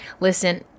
Listen